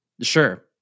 sure